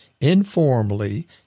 informally